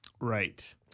Right